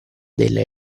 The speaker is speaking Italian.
della